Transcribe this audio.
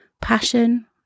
passion